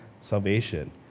salvation